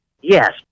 Yes